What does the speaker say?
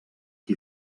qui